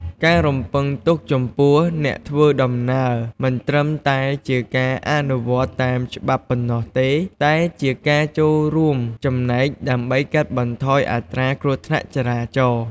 ការរំពឹងទុកចំពោះអ្នកធ្វើដំណើរមិនត្រឹមតែជាការអនុវត្តតាមច្បាប់ប៉ុណ្ណោះទេ តែជាការចូលរួមចំណែកដើម្បីកាត់បន្ថយអត្រាគ្រោះថ្នាក់ចរាចរណ៍។